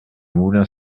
moulin